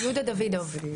יהודה דוידוב, בבקשה.